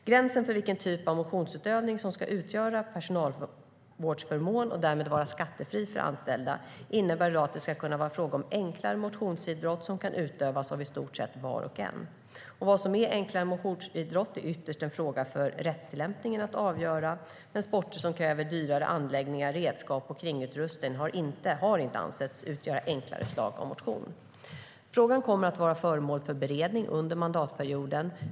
Gränsen för vilken typ av motionsutövning som ska utgöra personalvårdsförmån, och därmed vara skattefri för anställda, innebär i dag att det ska vara fråga om enklare motionsidrott som kan utövas av i stort sett var och en. Vad som är enklare motionsidrott är ytterst en fråga för rättstillämpningen att avgöra. Sporter som kräver dyrbarare anläggningar, redskap och kringutrustning har inte ansetts utgöra enklare slag av motion. Frågan kommer att vara föremål för beredning under mandatperioden.